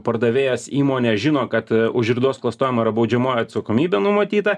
pardavėjas įmonė žino kad už ridos klastojimą yra baudžiamoji atsakomybė numatyta